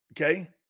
Okay